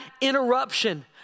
interruption